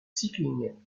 cycling